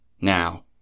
Now